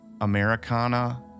Americana